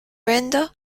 brenda